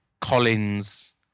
Collins